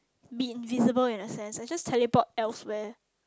be invisible in a sense I just teleport elsewhere